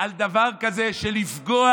על דבר כזה של לפגוע,